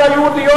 הן לא יהודיות.